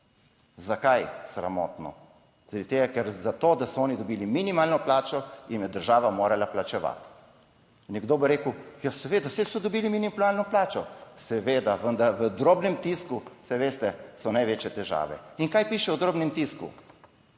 Zakaj sramotno? Zaradi tega, ker za to, da so oni dobili minimalno plačo, jim je država morala plačevati. Nekdo bo rekel, ja seveda, saj so dobili minimalno plačo. Seveda, vendar v drobnem tisku, saj veste, so največje težave. **45. TRAK: (NB) -